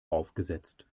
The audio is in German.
aufgesetzt